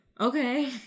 okay